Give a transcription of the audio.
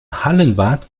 hallenwart